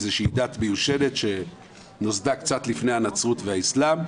איזושהי דת מיושנת שנוסדה קצת לפני הנצרות והאיסלם,